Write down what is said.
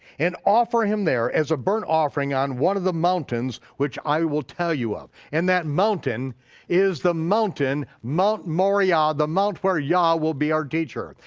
and offer him there as a burnt offering on one of the mountains which i will tell you of. and that mountain is the mountain, mount moriah, the mount where yah will be our teacher.